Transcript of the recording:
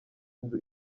nzu